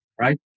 right